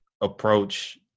approach